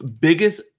biggest